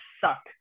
suck